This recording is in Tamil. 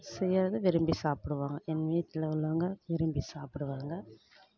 செய்கிறத விரும்பி சாப்பிடுவாங்க என் வீட்டில் உள்ளவங்க விரும்பி சாப்பிடுவாங்க